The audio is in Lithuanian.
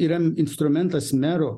yra instrumentas mero